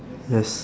yes